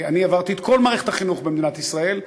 אני עברתי את כל מערכת החינוך במדינת ישראל,